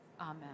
amen